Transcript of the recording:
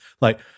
like-